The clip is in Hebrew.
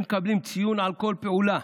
הם מקבלים ציון על כל פעולה,